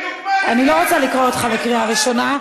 אני לא רוצה לקרוא אותך בקריאה ראשונה.